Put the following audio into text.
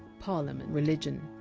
parliament. religion.